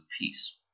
peace